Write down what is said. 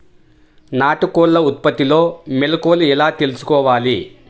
నాటుకోళ్ల ఉత్పత్తిలో మెలుకువలు ఎలా తెలుసుకోవాలి?